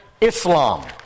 Islam